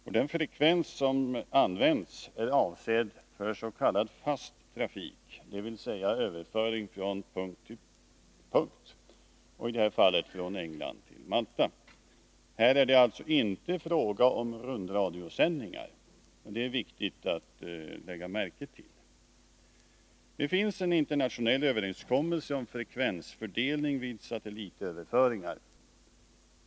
Och den frekvens som används är avsedd för s.k. fast trafik, dvs. överföring från en punkt till en annan, i det här fallet från England till Malta. Det är alltså inte fråga om rundradiosändningar — det är viktigt att lägga märke till det. Det finns en internationell överenskommelse om frekvensfördelning vid satellitöverföringar.